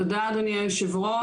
תודה, אדוני היושב-ראש.